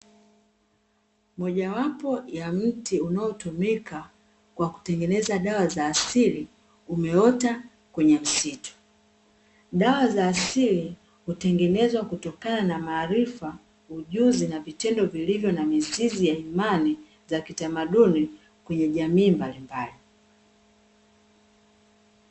Mojawapo ya mti unaotumika kwa kutengeneza dawa za asili umeota kwenye msitu. Dawa za asili hutengenezwa kutokana na maarifa, ujuzi, na vitendo vilivyo na mizizi ya imani za kitamaduni kwenye jamii mbalimbali.